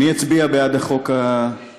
אני אצביע בעד החוק הפשוט